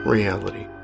Reality